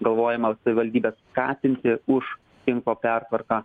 galvojama savivaldybes skatinti už tinklo pertvarką